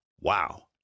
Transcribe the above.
wow